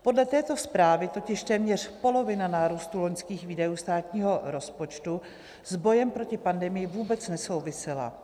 Podle této zprávy totiž téměř polovina nárůstu loňských výdajů státního rozpočtu s bojem proti pandemii vůbec nesouvisela.